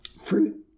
fruit